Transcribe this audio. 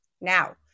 Now